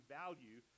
value